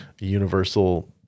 universal